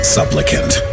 supplicant